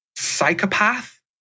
psychopath